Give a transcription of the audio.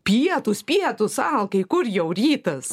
pietūs pietūs alkai kur jau rytas